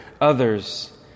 others